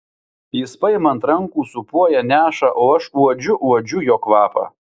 jis paima ant rankų sūpuoja neša o aš uodžiu uodžiu jo kvapą